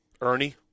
Ernie